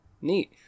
Neat